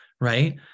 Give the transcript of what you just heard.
right